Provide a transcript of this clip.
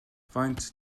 faint